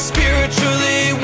Spiritually